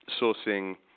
sourcing